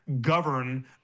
govern